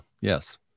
Yes